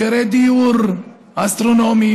מחירי דיור אסטרונומיים,